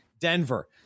Denver